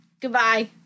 Goodbye